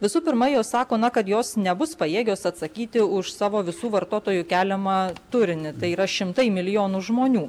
visų pirma jos sako na kad jos nebus pajėgios atsakyti už savo visų vartotojų keliamą turinį tai yra šimtai milijonų žmonių